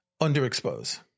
underexpose